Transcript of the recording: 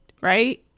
right